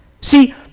See